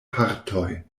partoj